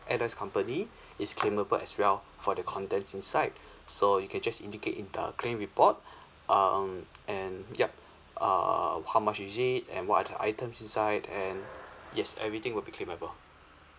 airlines company is claimable as well for the contents inside so you can just indicate in the claim report um and yup uh how much is it and what are the items inside and yes everything will be claimable